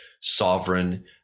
sovereign